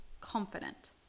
confident